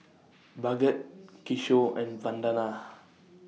Bhagat Kishore and Vandana